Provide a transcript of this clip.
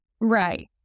right